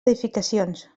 edificacions